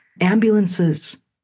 ambulances